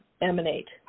emanate